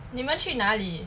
你们去哪里